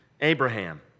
Abraham